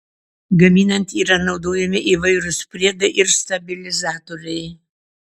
gaminant yra naudojami įvairūs priedai ir stabilizatoriai